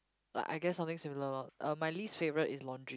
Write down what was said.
like I guess something similar loh uh my least favourite is laundry